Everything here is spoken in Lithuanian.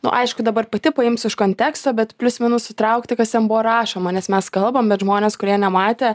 nu aišku dabar pati paimsiu iš konteksto bet plius minus sutraukti kas ten buvo rašoma nes mes kalbam bet žmonės kurie nematė